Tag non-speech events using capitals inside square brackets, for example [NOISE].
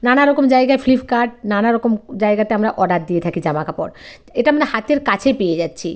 নানা রকম জায়গায় ফ্লিপকার্ট নানারকম জায়গাতে আমরা অর্ডার দিয়ে থাকি জামা কাপড় এটা [UNINTELLIGIBLE] হাতের কাছে পেয়ে যাচ্ছি